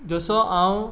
जसो हांव